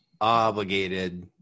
obligated